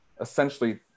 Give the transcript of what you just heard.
essentially